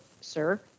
sir